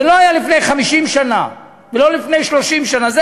זה לא היה לפני 50 שנה ולא לפני 30 שנה,